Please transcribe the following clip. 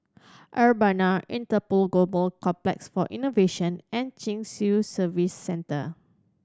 Urbana Interpol Global Complex for Innovation and Chin Swee Service Centre